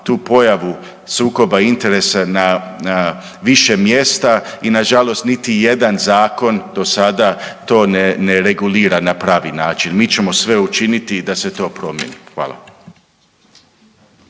tu pojavu sukoba interesa na više mjesta i na žalost niti jedan zakon do sada to ne regulira na pravi način. Mi ćemo sve učiniti da se to promijeni. Hvala.